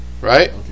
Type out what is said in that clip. right